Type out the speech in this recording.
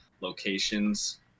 Locations